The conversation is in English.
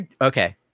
okay